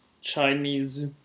Chinese